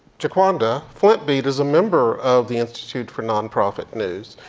jaquanda, flint beat is a member of the institute for nonprofit news.